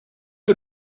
you